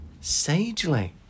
Sagely